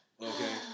Okay